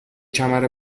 کمر